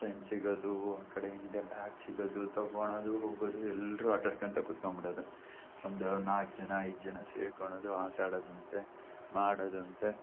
ಚೆಂಡು ಸಿಗೋದು ಆ ಕಡೆ ಏನಿದೆ ಬ್ಯಾಟ್ ಸಿಗೋದು ತೊಗೋಳೋದು ಹೋಗೋದು ಎಲ್ಲರು ಆಟಾಡ್ಕತ ಕೂತ್ಕೊಂಬಿಡೋದು ಒಂದು ನಾಲ್ಕು ಜನ ಐದು ಜನ ಸೇರ್ಕೊಳೋದು ಆಟಾಡೋದಂತೆ ಮಾಡೋದಂತೆ